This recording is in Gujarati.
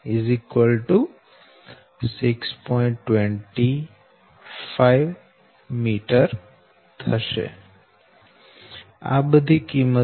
2506 m તો હવે Deq 6